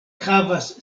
havas